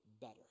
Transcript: better